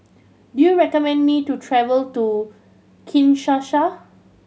do you recommend me to travel to Kinshasa